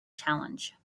challenge